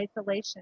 isolation